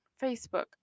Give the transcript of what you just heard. facebook